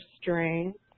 strength